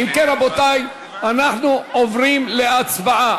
אם כן, רבותי, אנחנו עוברים להצבעה.